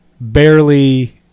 barely